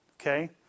okay